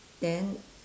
then